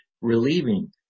relieving